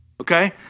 Okay